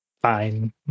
Fine